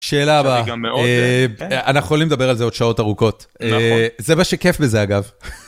שאלה הבאה, אנחנו יכולים לדבר על זה עוד שעות ארוכות, זה מה שכיף בזה אגב.